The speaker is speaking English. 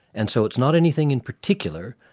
and so it's not anything in particular,